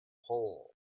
hole